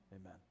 Amen